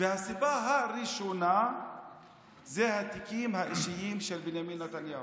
והסיבה הראשונה זה התיקים האישיים של בנימין נתניהו.